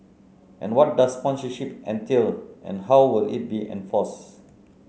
and what does sponsorship entail and how will it be enforced